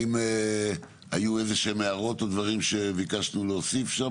האם היו הערות או דברים שביקשנו להוסיף?